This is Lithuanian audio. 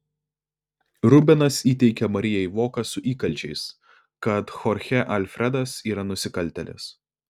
rubenas įteikia marijai voką su įkalčiais kad chorchė alfredas yra nusikaltėlis